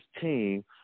team